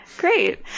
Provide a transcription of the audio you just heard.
Great